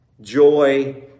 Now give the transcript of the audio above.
joy